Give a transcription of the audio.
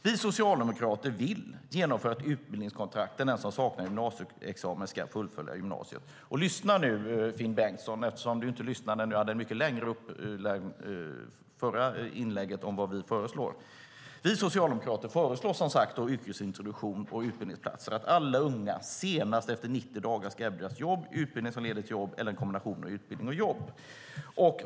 Vi socialdemokrater vill genomföra ett utbildningskontrakt så att den som saknar gymnasieexamen ska fullfölja gymnasiet. Lyssna nu, Finn Bengtsson, eftersom du inte lyssnade under mitt förra inlägg när jag tog upp vad vi föreslår. Vi socialdemokrater föreslår yrkesintroduktion och utbildningsplatser. Alla unga ska senast efter 90 dagar erbjudas jobb, utbildning som leder till jobb eller en kombination av utbildning och jobb.